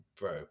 bro